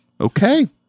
okay